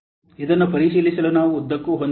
ಇದನ್ನು ಪರಿಶೀಲಿಸಲು ನಾವು ಉದ್ದಕ್ಕೂ ಹೊಂದಬಹುದು